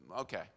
Okay